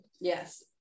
Yes